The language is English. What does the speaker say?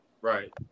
Right